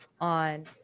on